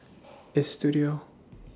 Istudio